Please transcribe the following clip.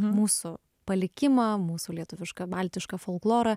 mūsų palikimą mūsų lietuvišką baltišką folklorą